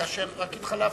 כאשר רק התחלפנו,